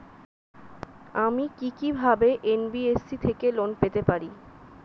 আমি কি কিভাবে এন.বি.এফ.সি থেকে লোন পেতে পারি?